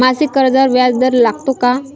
मासिक कर्जावर व्याज दर लागतो का?